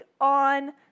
on